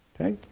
Okay